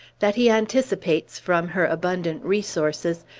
that he anticipates, from her abundant resources,